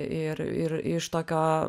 ir ir iš tokio